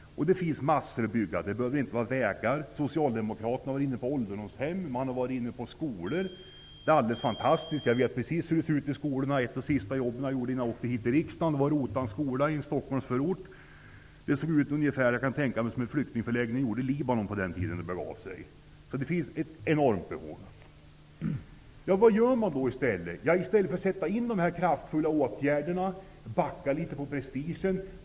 Det finns massor att bygga. Det behöver inte vara fråga om vägar. De har varit inne på skolor. Det är alldeles fantastiskt. Jag vet precis hur det ser ut ute på skolorna. De sista jobben jag gjorde innan jag kom hit till riksdagen var ett ROT-arbete i en skola i en Stockholmsförort. Den såg ut som jag kan tänka mig att en flyktingförläggning såg ut i Libanon på den tiden det begav sig. Det finns ett enormt behov. Vad gör man i stället för att sätta in kraftfulla åtgärder och backa litet på prestigen?